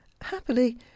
Happily